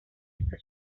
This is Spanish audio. hasta